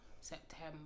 September